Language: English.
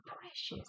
precious